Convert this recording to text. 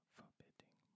forbidding